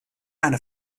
eine